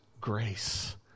grace